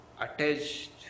attached